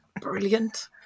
Brilliant